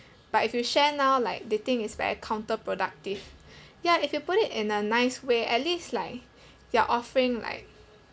but if you share now like they think it's very counter productive ya if you put it in a nice way at least like you're offering like